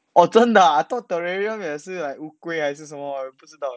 oh 真的啊 I thought terrarium 也是 like 乌龟还是什么的不知道 eh